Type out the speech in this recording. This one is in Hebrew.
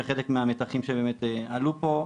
בחלק מהמתחים שעלו פה,